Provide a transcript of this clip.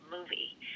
movie